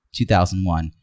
2001